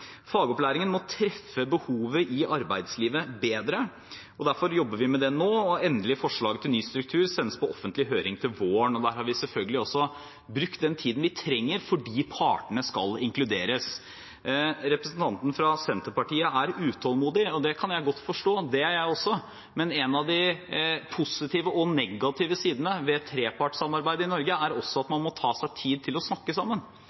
Fagopplæringen må treffe behovet i arbeidslivet bedre. Derfor jobber vi med det nå, og endelig forslag til ny struktur sendes på offentlig høring til våren. Da har vi selvfølgelig også brukt den tiden vi trenger, fordi partene skal inkluderes. Representanten fra Senterpartiet er utålmodig, og det kan jeg godt forstå, for det er jeg også, men en av de positive og negative sidene ved trepartssamarbeidet i Norge er at man må ta seg tid til å snakke sammen.